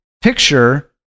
picture